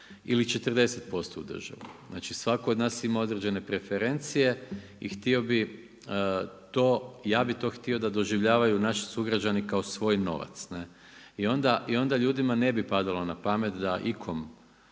ili 40% u državu. Znači, svatko od nas ima određene preferencije i htio bih to, ja bih to htio da doživljavaju naši sugrađani kao svoj novac. I onda ljudima ne bi padalo na pamet da ikom